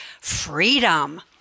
freedom